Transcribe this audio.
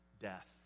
death